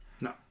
No